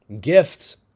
gifts